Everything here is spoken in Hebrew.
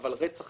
זהו רצח